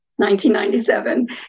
1997